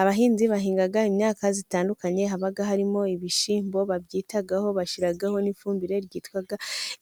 Abahinzi bahinga imyaka itandukanye, haba harimo ibishyimbo, babyitaho bashyiraho n'ifumbire ryitwa